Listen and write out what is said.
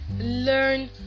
learn